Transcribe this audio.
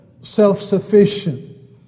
self-sufficient